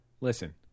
listen